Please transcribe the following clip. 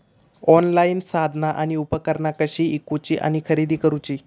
Online साधना आणि उपकरणा कशी ईकूची आणि खरेदी करुची?